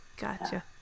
Gotcha